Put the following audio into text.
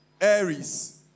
Aries